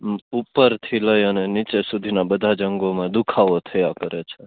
ઉપરથી લઈ અને નીચે સુધીના બધા જ અંગોમાં દુખાવો થયા કરે છે